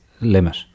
limit